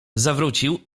zawrócił